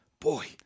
Boy